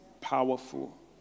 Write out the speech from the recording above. powerful